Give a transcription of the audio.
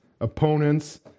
opponents